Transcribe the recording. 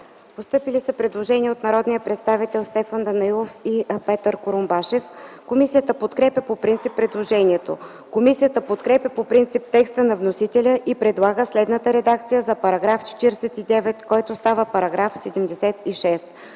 постъпило предложение от народните представители Стефан Данаилов и Петър Курумбашев. Комисията подкрепя по принцип предложението. Комисията подкрепя по принцип текста на вносителя и предлага следната редакция на § 49, който става § 76: „§ 76.